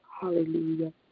Hallelujah